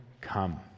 come